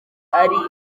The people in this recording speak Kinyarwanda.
ari